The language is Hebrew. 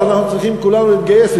אז אנחנו צריכים כולנו להתגייס,